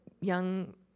young